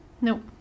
Nope